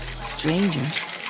Strangers